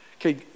okay